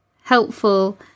helpful